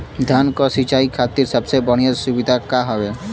धान क सिंचाई खातिर सबसे बढ़ियां सुविधा का हवे?